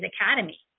academy